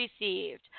received